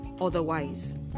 otherwise